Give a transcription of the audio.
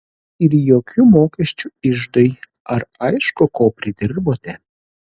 ir jokių mokesčių iždui ar aišku ko pridirbote